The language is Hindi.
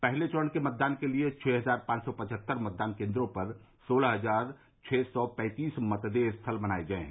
पहले चरण के मतदान के लिये छह हजार पांच सौ पचहत्तर मतदान केन्द्रों पर सोलह हजार छह सौ पैंतीस मतदेय स्थल बनाये गये हैं